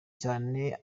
cyane